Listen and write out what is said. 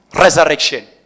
resurrection